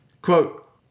Quote